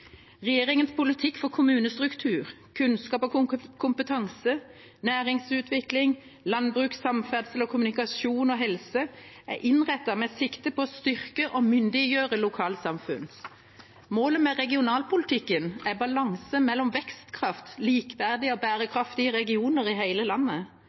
politikk for kommunestruktur, kunnskap og kompetanse, næringsutvikling, landbruk, samferdsel og kommunikasjon og helse er innrettet med sikte på å styrke og myndiggjøre lokalsamfunn. Målet med regionalpolitikken er balanse gjennom vekstkraft, likeverdige og bærekraftige regioner i hele landet.